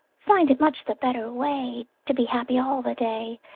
find it much the better way to be happy all the day.